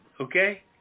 okay